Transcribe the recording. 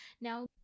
now